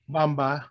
Bamba